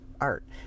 art